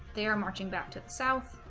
they are marching back to the south